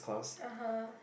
(uh huh)